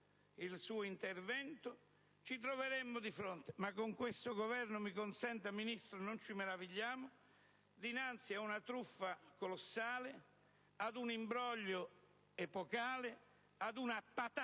il suo intervento, ci troveremmo di fronte - ma con questo Governo, mi consenta, Ministro, non ci meravigliamo - ad una truffa colossale, ad un imbroglio epocale, ad una patacca